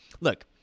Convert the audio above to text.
look